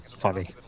funny